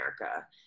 America